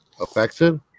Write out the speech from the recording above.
effective